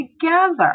together